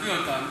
נביא אותם,